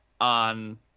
on